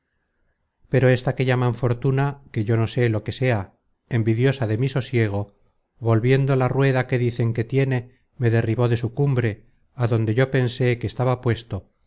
pero ésta que llaman fortuna que yo no sé lo que sea envidiosa de mi sosiego volviendo la rueda que dicen que tiene me derribó de su cumbre adonde yo pensé que estaba puesto